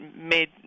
made